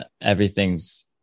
Everything's